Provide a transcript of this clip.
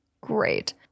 Great